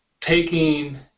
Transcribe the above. taking